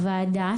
לוועדה,